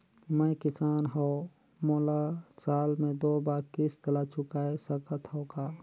मैं किसान हव मोला साल मे दो बार किस्त ल चुकाय सकत हव का?